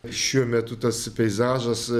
šiuo metu tas peizažas